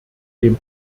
dem